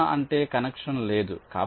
0 అంటే కనెక్షన్ లేదు